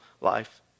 life